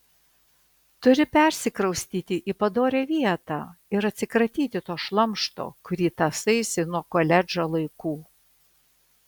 turi persikraustyti į padorią vietą ir atsikratyti to šlamšto kurį tąsaisi nuo koledžo laikų